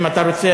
אם אתה רוצה,